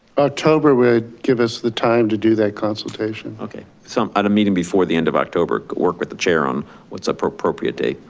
october would give us the time to do that consultation okay so at a meeting before the end of october. work with the chair on what's the appropriate date.